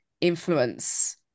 influence